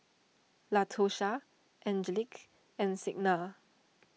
Latosha Angelic and Signa